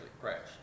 crashed